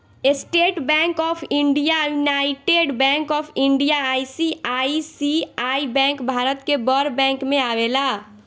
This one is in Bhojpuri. estate bank of India, united bank of India, ICICI bank Bharat के बड़ बैंक में आवेला